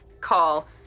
call